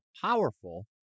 powerful